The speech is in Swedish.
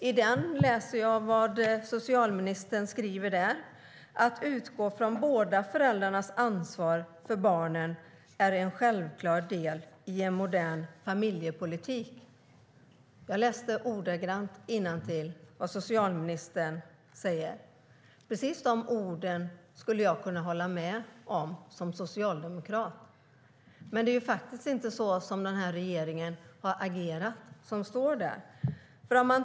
I den läser jag vad socialministern säger: Att utgå från båda föräldrarnas ansvar för barnen är en självklar del i en modern familjepolitik. Jag läste innantill vad socialministern säger. Det han skriver skulle jag kunna hålla med om som socialdemokrat. Men den här regeringen har inte agerat så som det står här.